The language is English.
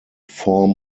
form